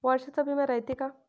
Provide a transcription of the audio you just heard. वर्षाचा बिमा रायते का?